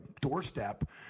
doorstep